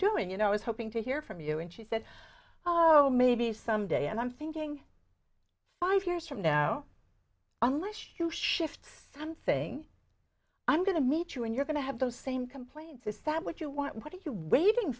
doing you know i was hoping to hear from you and she said oh maybe someday and i'm thinking five years from now unless you shift something i'm going to meet you and you're going to have those same complaints established you want what are you waiting